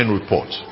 report